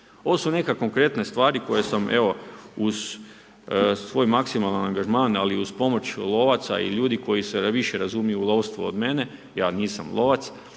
Ovo su neke konkretne stvari koje smo evo, uz svoj maksimalni angažman, ali i uz pomoć lovaca i ljudi koji se više razumiju u lovstvo od mene, ja nisam lovac,